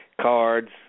Cards